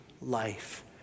life